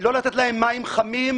לא לתת להם מים חמים?